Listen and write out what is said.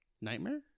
Nightmare